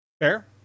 Fair